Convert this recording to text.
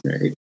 right